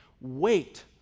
Wait